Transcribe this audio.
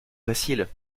facile